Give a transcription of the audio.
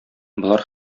болар